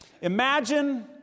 Imagine